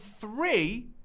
three